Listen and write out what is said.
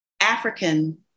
African